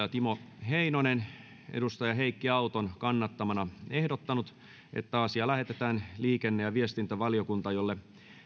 timo heinonen heikki auton kannattamana ehdottanut että asia lähetetään liikenne ja viestintävaliokuntaan jolle